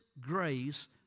grace